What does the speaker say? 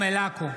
מר נתניהו,